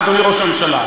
אדוני ראש הממשלה,